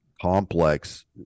complex